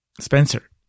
Spencer